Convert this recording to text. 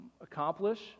accomplish